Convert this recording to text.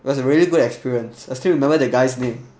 was a really good experience I still remember that guy's name